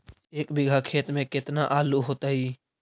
एक बिघा खेत में केतना आलू होतई?